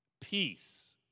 peace